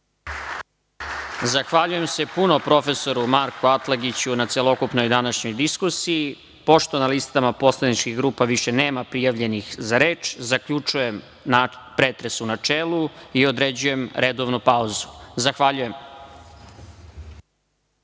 Zahvaljujem se puno profesoru Marku Atlagiću na celokupnoj današnjoj diskusiji. Pošto na listama poslaničkih grupa više nema prijavljenih za reč, zaključujem pretres u načelu i određujem redovnu pauzu. Zahvaljujem.(Posle